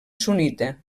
sunnita